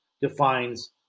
defines